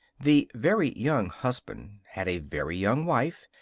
the very young husband had a very young wife,